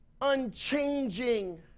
unchanging